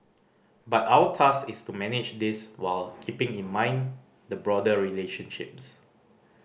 but our task is to manage this while keeping in mind the broader relationships